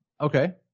Okay